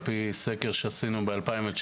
על פי סקר שעשינו ב-2019,